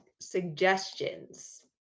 Suggestions